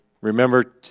remember